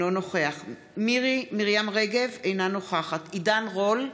אינו נוכח מירי מרים רגב, אינה נוכחת עידן רול,